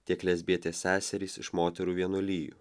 tiek lesbietės seserys iš moterų vienuolijų